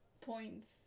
points